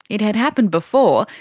it had happened before,